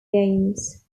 games